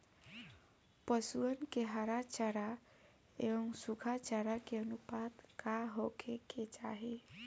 पशुअन के हरा चरा एंव सुखा चारा के अनुपात का होखे के चाही?